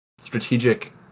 strategic